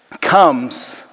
comes